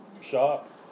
shop